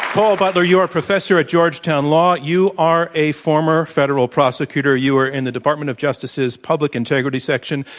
paul butler, you are a professor at georgetown law. you are a former federal prosecutor. you were in the department of justice's public integrity section.